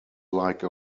like